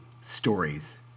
stories